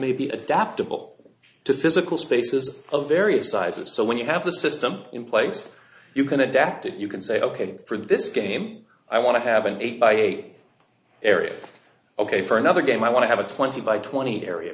may be adaptable to physical spaces of various sizes so when you have the system in place you can adapt it you can say ok for this game i want to have an eight by eight area ok for another game i want to have a twenty by twenty area